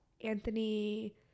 Anthony